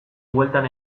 bueltan